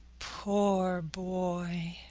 poor boy!